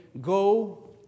go